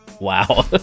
Wow